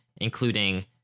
including